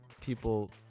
people